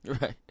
Right